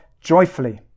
joyfully